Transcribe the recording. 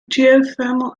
geothermal